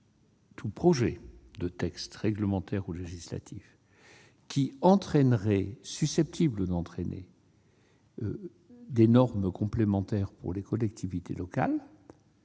tout projet de texte réglementaire ou législatif susceptible d'entraîner des normes complémentaires pour les collectivités